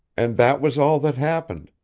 and that was all that happened,